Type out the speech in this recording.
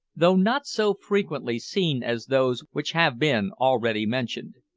though not so frequently seen as those which have been already mentioned.